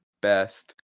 best